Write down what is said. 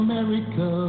America